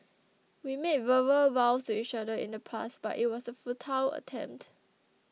we made verbal vows to each other in the past but it was a futile attempt